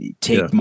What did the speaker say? take